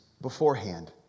beforehand